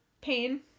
pain